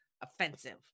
offensive